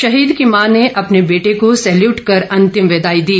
शहीद की मां ने अपने बेटे को सैल्यूट कर अंतिम विदाई दी